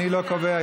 אני לא קובע.